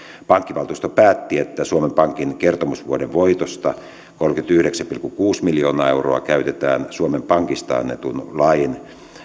pankkivaltuusto päätti että suomen pankin kertomusvuoden voitosta kolmekymmentäyhdeksän pilkku kuusi miljoonaa euroa käytetään suomen pankista annetun lain